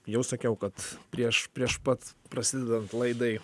jau sakiau kad prieš prieš pat prasidedant laidai